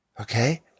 okay